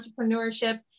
entrepreneurship